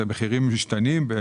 אלה מחירים משתנים.